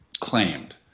claimed